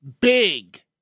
big